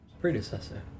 predecessor